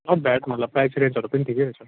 not bad मतलब price रेटहरू पनि ठिकै रहेछ